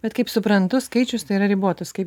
bet kaip suprantu skaičius tai yra ribotas kaip